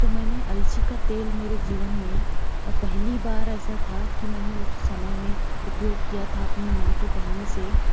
तो मैंने अलसी का तेल मेरे जीवन में पहली बार ऐसा था कि मैंने उस समय में उपयोग किया था अपनी माँ के कहने से